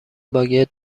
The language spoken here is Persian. باگت